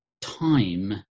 time